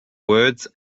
words